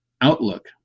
outlook